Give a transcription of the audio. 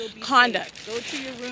conduct